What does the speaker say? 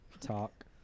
Talk